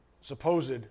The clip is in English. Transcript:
Supposed